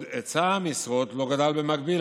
בעוד היצע המשרות לא גדל במקביל,